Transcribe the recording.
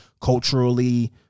culturally